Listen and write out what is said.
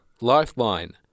Lifeline